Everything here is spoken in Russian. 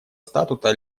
статута